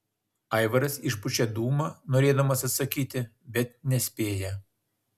aivaras išpučia dūmą norėdamas atsakyti bet nespėja